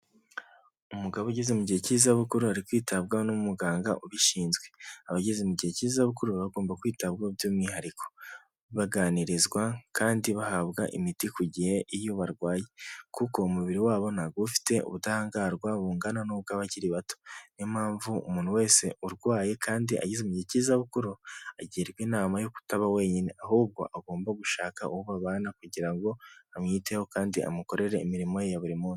Umugabo ugeze mu gihe cy'izabukuru ari kwitabwaho n'umuganga ubishinzwe, abageze mu gihe cy'izabukuru bagomba kwitabwaho by'umwihariko baganirizwa, kandi bahabwa imiti ku gihe iyo barwaye kuko umubiri wabo ntabwo ufite ubudahangarwa bungana n'ubw'abakiri bato niyo mpamvu umuntu wese urwaye kandi a yiziye cy'izabukuru agirwa inama yo kutaba wenyine ahubwo agomba gushaka uwo babana kugira ngo amwiteho kandi amukorere imirimo ye ya buri munsi.